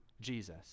Jesus